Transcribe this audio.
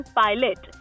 pilot